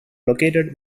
located